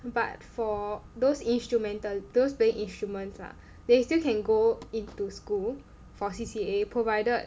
but for those instrumental those playing instruments lah they still can go into school for C_C_A provided